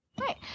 Right